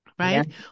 right